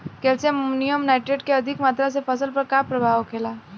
Calcium ammonium nitrate के अधिक मात्रा से फसल पर का प्रभाव होखेला?